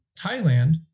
Thailand